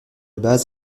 base